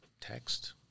text